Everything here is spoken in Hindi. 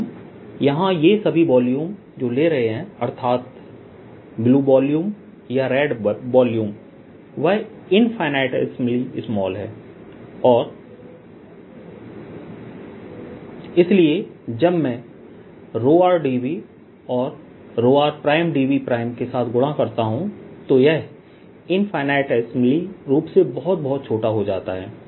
हम यहां ये सभी वॉल्यूम जो ले रहे हैं अर्थात ब्लू वॉल्यूम या रेड वॉल्यूम वह इनफिनिटिमल स्माल है और इसलिए जब मैं dvऔर r dvके साथ गुणा करता हूं तो यह इनफिनिटिमल रूप से बहुत बहुत छोटा हो जाता है